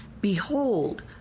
Behold